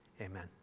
Amen